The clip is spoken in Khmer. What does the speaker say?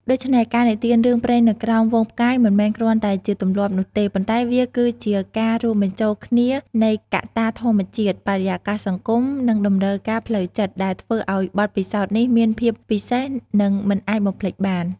ដូច្នេះ ការនិទានរឿងព្រេងនៅក្រោមហ្វូងផ្កាយ មិនមែនគ្រាន់តែជាទម្លាប់នោះទេ ប៉ុន្តែវាគឺជាការរួមបញ្ចូលគ្នានៃកត្តាធម្មជាតិ បរិយាកាសសង្គម និងតម្រូវការផ្លូវចិត្ត ដែលធ្វើឲ្យបទពិសោធន៍នេះមានភាពពិសេស និងមិនអាចបំភ្លេចបាន ។